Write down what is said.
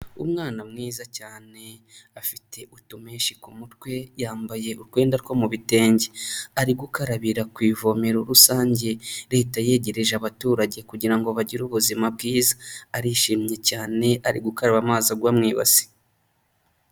Umwana mwiza cyane afite utumeshi ku mutwe yambaye urwenda two mu bitenge. Ari gukarabira ku ivomero rusange, leta yegereje abaturage kugira ngo bagire ubuzima bwiza. Arishimye cyane ari gukaraba amazi agwa mu ibasi.